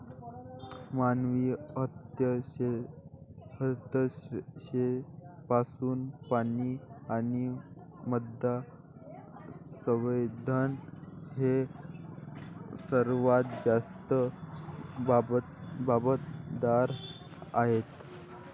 मानवी हस्तक्षेपासाठी पाणी आणि मृदा संवर्धन हे सर्वात जास्त जबाबदार आहेत